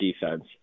defense